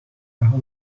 رها